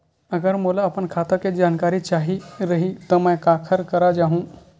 अगर मोला अपन खाता के जानकारी चाही रहि त मैं काखर करा जाहु?